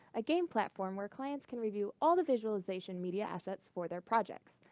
a game platform where clients can review all the visualization media assets for their projects.